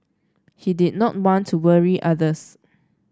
he did not want to worry others